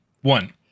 one